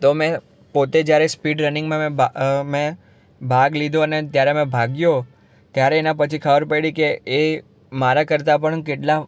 તો મેં પોતે જ્યારે મેં સ્પીડ રનિંગમાં મેં મેં ભાગ લીધો અને ત્યારે મેં ભાગ્યો ત્યારે એના પછી ખબર પડી કે એ મારા કરતાં પણ કેટલા